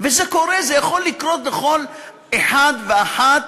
וזה קורה, זה יכול לקרות לכל אחד ואחת.